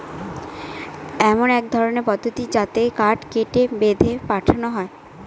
এমন এক ধরনের পদ্ধতি যাতে কাঠ কেটে, বেঁধে পাঠানো হয়